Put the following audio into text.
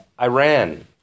Iran